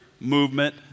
movement